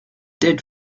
did